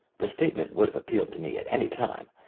the statement would have appealed to me at any time,